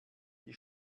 die